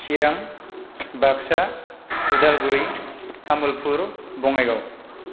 Chirang Baksa Udalguri Tamulpur Bongaigaon